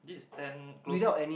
this is ten close to